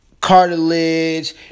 cartilage